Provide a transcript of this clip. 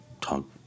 talk